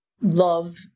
love